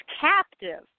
captive